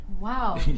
Wow